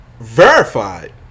verified